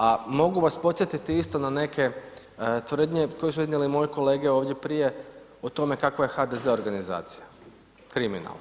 A mogu vas podsjetiti isto na neke tvrdnje koje su iznijele moje kolege ovdje prije o tome kakva je HDZ organizacija, kriminalna.